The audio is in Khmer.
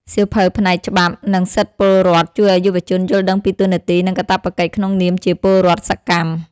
សៀវភៅផ្នែក ច្បាប់ និងសិទ្ធិពលរដ្ឋ ជួយឱ្យយុវជនយល់ដឹងពីតួនាទី និងកាតព្វកិច្ចក្នុងនាមជាពលរដ្ឋសកម្ម។